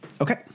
Okay